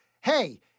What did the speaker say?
hey